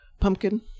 pumpkin